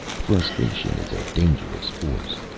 frustration is a dangerous force.